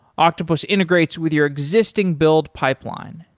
octopus integrates with your existing build pipeline,